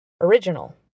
original